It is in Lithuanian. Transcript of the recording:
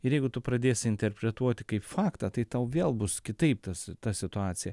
ir jeigu tu pradėsi interpretuoti kaip faktą tai tau vėl bus kitaip tas ta situacija